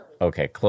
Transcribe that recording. Okay